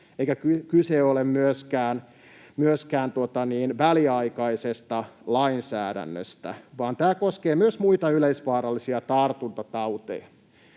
eikä kyse ole myöskään väliaikaisesta lainsäädännöstä, vaan tämä koskee myös muita yleisvaarallisia tartuntatauteja.